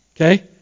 okay